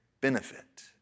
benefit